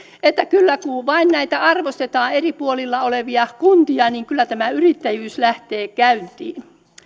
että kyllä kun vain näitä eri puolilla olevia kuntia arvostetaan tämä yrittäjyys lähtee käyntiin